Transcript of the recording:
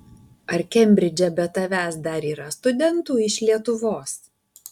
ar kembridže be tavęs dar yra studentų iš lietuvos